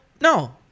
No